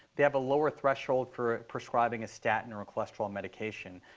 they have a lower threshold for prescribing a statin or a cholesterol medication.